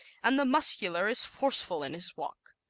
and the muscular is forceful in his walk.